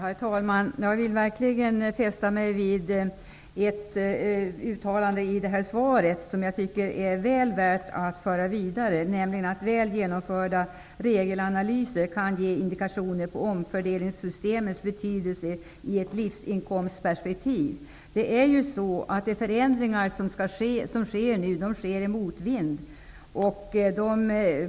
Herr talman! Jag har verkligen fäst mig vid ett uttalande i svaret som jag tycker är väl värt att föra vidare, nämligen att väl genomförda regelanalyser kan ge indikationer på omfördelningssystemets betydelse i ett livsinkomstperspektiv. De förändringar som nu sker sker i motvind.